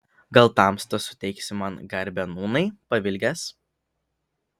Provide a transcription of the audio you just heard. gal tamsta suteiksi man garbę nūnai pavilgęs